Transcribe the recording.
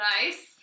Nice